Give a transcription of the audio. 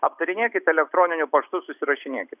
aptarinėkit elektroniniu paštu susirašinėkit